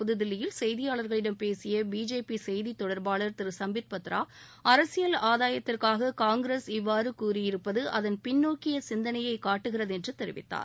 புதுதில்லியில் செய்தியாளர்களிடம் பேசிய பிஜேபி செய்தி தொடர்பாளர் திரு சாம்பிட் பத்ரா அரசியல் ஆதாயத்திற்காக காங்கிரஸ் இவ்வாறு கூறியிருப்பது அதன் பின்நோக்கிய சிந்தனையை காட்டுகிறது என்று தெரிவித்தார்